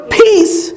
peace